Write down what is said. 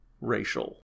racial